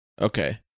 Okay